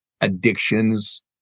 addictions